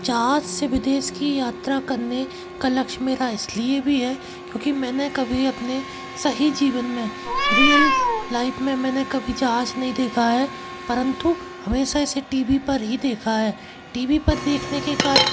जहाज़ से विदेश की यात्रा करने का लक्ष मेरा इसलिए भी है क्योंकि मैंने कभी अपने सही जीवन में रियल लाइफ़ में मैंने कभी जहाज़ नहीं देखा है परंतु हमेशा इसे टी भी पर ही देखा है टी भी पर देखने के कारण